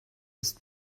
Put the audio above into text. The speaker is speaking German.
ist